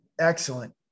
Excellent